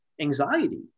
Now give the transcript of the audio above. anxiety